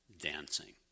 dancing